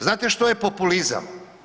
Znate što je populizam?